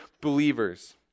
believers